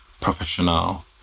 professional